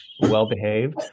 well-behaved